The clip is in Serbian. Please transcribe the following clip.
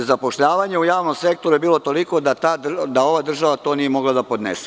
Zapošljavanje u javnom sektoru je bilo toliko da ova država nije mogla da podnese.